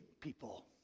people